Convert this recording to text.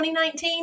2019